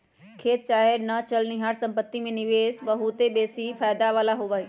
खेत चाहे न चलनिहार संपत्ति में निवेश बहुते बेशी फयदा बला होइ छइ